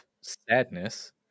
sadness